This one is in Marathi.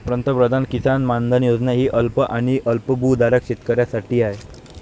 पंतप्रधान किसान मानधन योजना ही अल्प आणि अल्पभूधारक शेतकऱ्यांसाठी आहे